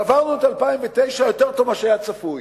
עברנו את 2009 יותר טוב מאשר היה צפוי,